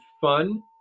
fun